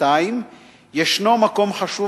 2. ישנו מקום חשוב,